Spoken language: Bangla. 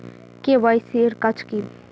কে.ওয়াই.সি এর কাজ কি?